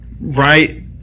Right